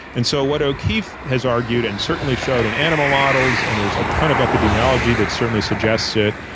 and so what o'keefe has argued and certainly showed in animal models and there's a ton of epidemiology that certainly suggests it,